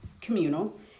communal